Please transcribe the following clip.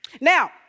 Now